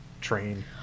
train